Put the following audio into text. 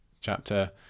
chapter